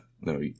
No